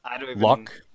Luck